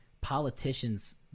politicians